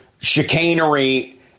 chicanery